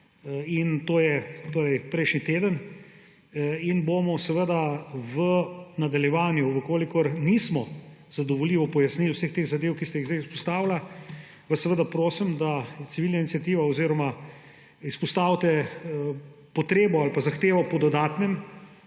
torej prejšnji teden, in seveda v nadaljevanju, če nismo zadovoljivo pojasnili vseh teh zadev, ki ste jih sedaj izpostavili, vas seveda prosim, da civilna iniciativa izpostavi potrebo ali pa zahtevo po dodatnem